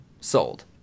sold